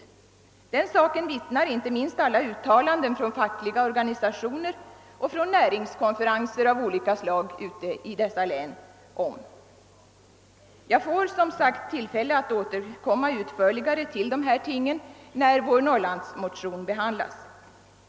Om den saken vittnar inte minst alla uttalanden från fackliga organisationer och av näringskonferenser av olika slag i dessa län. Jag får som sagt tillfälle att återkomma utförligare till de här tingen när vår norrlandsmotion behandlas.